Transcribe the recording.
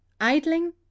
Idling